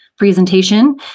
presentation